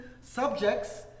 subjects